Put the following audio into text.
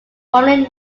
formerly